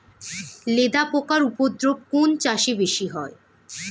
লেদা পোকার উপদ্রব কোন চাষে বেশি হয়?